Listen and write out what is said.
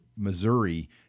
Missouri